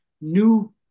new